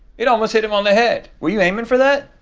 it almost hit him on the head. were you aiming for that?